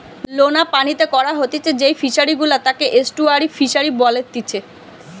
লোনা পানিতে করা হতিছে যেই ফিশারি গুলা তাকে এস্টুয়ারই ফিসারী বলেতিচ্ছে